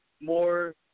more –